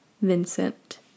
Vincent